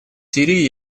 сирии